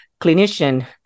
clinician